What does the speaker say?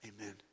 amen